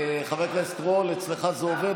חבר הכנסת רול, אצלך זה עובד?